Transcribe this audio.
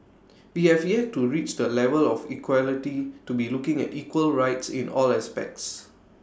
we have yet to reach the level of equality to be looking at equal rights in all aspects